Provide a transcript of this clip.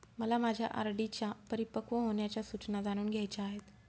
मला माझ्या आर.डी च्या परिपक्व होण्याच्या सूचना जाणून घ्यायच्या आहेत